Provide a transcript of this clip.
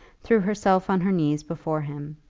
threw herself on her knees before him.